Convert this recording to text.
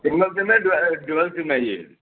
single SIM है dual SIM है ये